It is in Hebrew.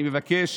אני מבקש